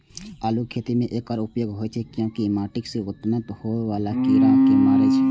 आलूक खेती मे एकर उपयोग होइ छै, कियैकि ई माटि सं उत्पन्न होइ बला कीड़ा कें मारै छै